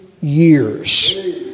years